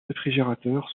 réfrigérateur